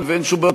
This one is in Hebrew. שנמצאים,